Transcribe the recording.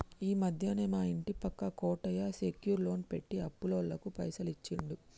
ఈ మధ్యనే మా ఇంటి పక్క కోటయ్య సెక్యూర్ లోన్ పెట్టి అప్పులోళ్లకు పైసలు ఇచ్చిండు